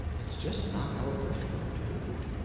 it's just not our preferred food